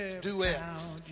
Duets